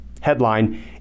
Headline